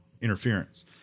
interference